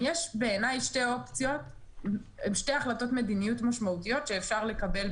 בעיניי יש שתי אופציות ואלה שתי החלטות מדיניות משמעותיות שאפשר לקבל.